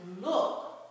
Look